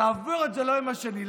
יעבירו את זה ליום השני.